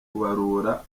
kubarura